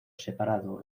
separado